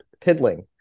piddling